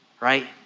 right